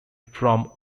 from